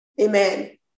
amen